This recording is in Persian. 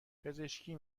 پزشکی